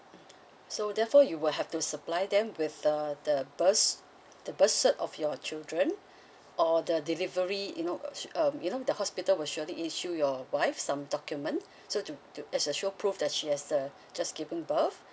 so therefore you will have to supply them with uh the birth the birth cert of your children or the delivery you know um you know the hospital will surely issue your wife some document so to to as a show proof that she has the just given birth